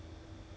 hello